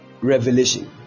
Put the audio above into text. Revelation